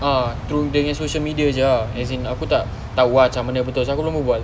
ah through dia nya social media jer ah as in aku tak tahu ah camne because aku belum berbual